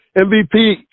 MVP